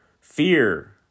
fear